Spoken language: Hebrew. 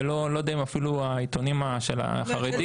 אני לא יודע אם אפילו העיתונים של החרדים,